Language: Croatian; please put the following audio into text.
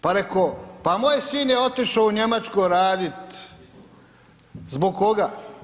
Pa rekao, pa moj sin je otišao u Njemačku radit, zbog koga?